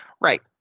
Right